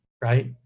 right